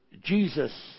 Jesus